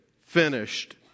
finished